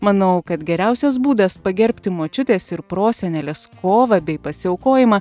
manau kad geriausias būdas pagerbti močiutės ir prosenelės kovą bei pasiaukojimą